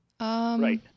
Right